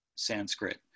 Sanskrit